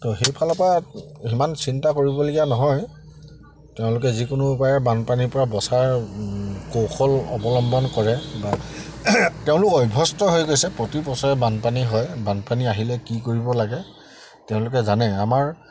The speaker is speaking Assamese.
ত' সেইফালৰ পৰা সিমান চিন্তা কৰিবলগীয়া নহয় তেওঁলোকে যিকোনো উপায়েৰে বানপানীৰ পৰা বছাৰ কৌশল অৱলম্বন কৰে বা তেওঁলোক অভ্যস্ত হৈ গৈছে প্ৰতি বছৰে বানপানী হয় বানপানী আহিলে কি কৰিব লাগে তেওঁলোকে জানে আমাৰ